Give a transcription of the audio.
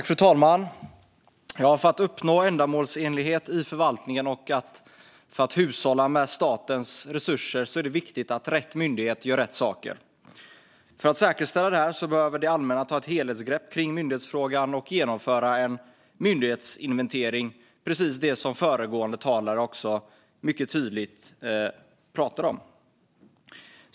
Fru talman! För att uppnå ändamålsenlighet i förvaltningen och hushålla med statens resurser är det viktigt att rätt myndighet gör rätt saker. För att säkerställa detta behöver det allmänna ta ett helhetsgrepp kring myndighetsfrågan och genomföra en myndighetsinventering, precis som föregående talare mycket tydligt pratade om.